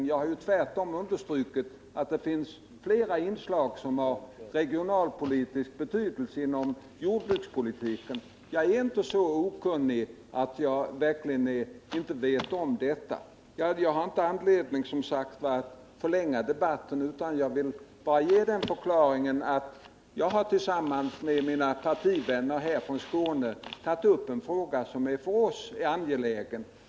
I övrigt har jag tvärtom understrukit att det finns flera inslag inom jordbrukspolitiken som har regionalpolitisk betydelse. Jag är inte så okunnig att jag inte vet om det. Jag har som sagt inte anledning att förlänga debatten. Jag vill bara ge förklaringen att jag tillsammans med mina partivänner från Skåne tagit upp en fråga som för oss är angelägen.